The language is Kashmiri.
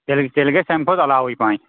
تیٚلہِ تیٚلہِ گژھِ تَمہِ کھۄتہٕ علاوٕے پاہٕنۍ